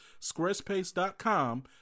squarespace.com